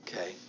Okay